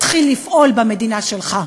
תתחיל לפעול במדינה שלך,